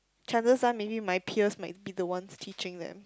chances are maybe my peers might be the ones teaching them